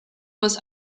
was